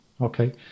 Okay